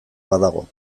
badago